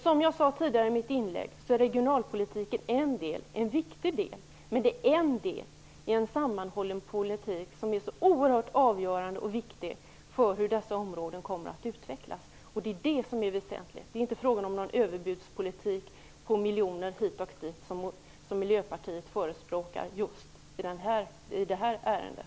Som jag sade tidigare är regionalpolitiken en del, en viktig del, men det är en del i en sammanhållen politik som är så oerhört avgörande och viktig för hur dessa områden kommer att utvecklas. Det är det som är väsentligt. Det är inte frågan om någon överbudspolitik med miljoner hit och dit, som den politik som Miljöpartiet förespråkar just i det här ärendet.